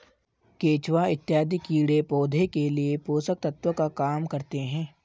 केचुआ इत्यादि कीड़े पौधे के लिए पोषक तत्व का काम करते हैं